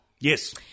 Yes